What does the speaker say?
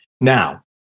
Now